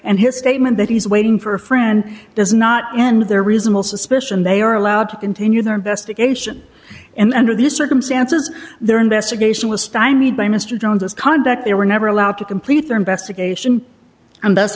and his statement that he's waiting for a friend does not and there are reasonable suspicion they are allowed to continue their investigation and under these circumstances their investigation was stymied by mr jones as conduct they were never allowed to complete their investigation and that's